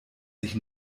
sich